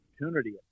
opportunity